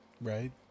right